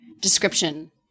description